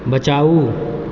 बचाउ